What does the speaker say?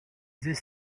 this